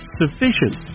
sufficient